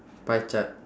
pie chart